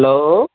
hello